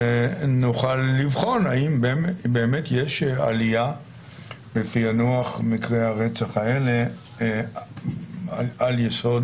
אז נוכל לבחון האם באמת יש עליה בפענוח מקרי הרצח האלה על יסוד